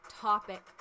topic